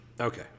Okay